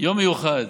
יום מיוחד.